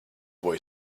boy